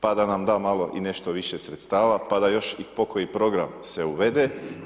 Pa da nam da malo i nešto više sredstava, pa da još i po koji program se uvede.